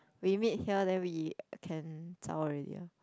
we meet here then we can zao already ah